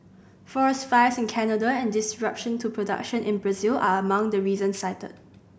forest fires in Canada and disruption to production in Brazil are among the reasons cited